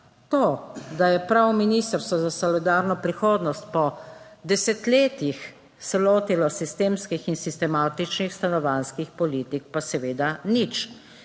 To, da je prav Ministrstvo za solidarno prihodnost po desetletjih se lotilo sistemskih in sistematičnih stanovanjskih politik, pa seveda nič.